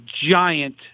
giant